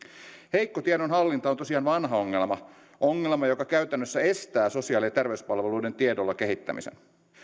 heikko tiedonhallinta on tosiaan vanha ongelma ongelma joka käytännössä estää sosiaali ja terveyspalveluiden tiedolla kehittämisen